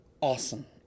awesome